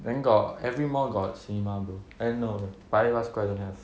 then got every mall got cinema bro eh no no paya lebar square don't have